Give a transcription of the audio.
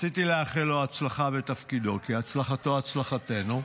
רציתי לאחל לו הצלחה בתפקידו, כי הצלחתו, הצלחתנו,